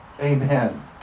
Amen